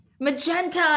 Magenta